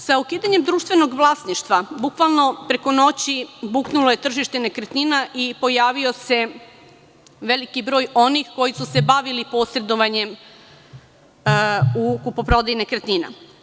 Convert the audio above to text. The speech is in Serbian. Sa ukidanjem društvenog vlasništva bukvalno preko noći buknulo je tržište nekretnina i pojavio se veliki broj onih koji su se bavili posredovanjem u kupoprodaji nekretnina.